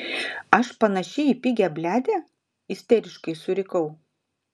aš panaši į pigią bliadę isteriškai surikau